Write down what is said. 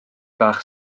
bach